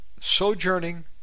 sojourning